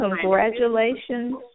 congratulations